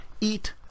eat